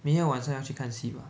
明天晚上要去看戏 mah